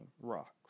rocks